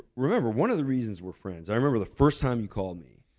remember, one of the reasons we're friends, i remember the first time you called me.